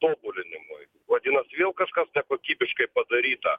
tobulinimui vadinas vėl kažkas nekokybiškai padaryta